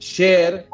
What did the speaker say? Share